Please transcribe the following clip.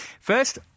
First